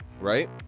Right